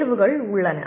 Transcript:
தேர்வுகள் உள்ளன